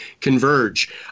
converge